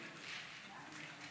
הרווחה והבריאות נתקבלה.